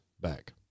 back